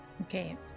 Okay